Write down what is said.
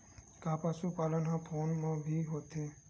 का पशुपालन ह फोन म भी होथे?